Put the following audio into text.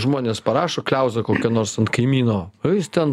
žmonės parašo kliauzą kokią nors ant kaimyno o jis ten